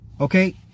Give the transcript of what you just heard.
Okay